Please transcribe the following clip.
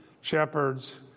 shepherds